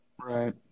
Right